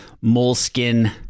moleskin